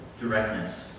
directness